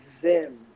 Zim